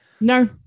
No